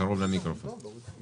קרנות הריט זה לא בעולם של עידוד